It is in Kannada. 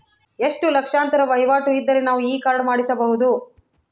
ಎಷ್ಟು ಲಕ್ಷಾಂತರ ವಹಿವಾಟು ಇದ್ದರೆ ನಾವು ಈ ಕಾರ್ಡ್ ಮಾಡಿಸಬಹುದು?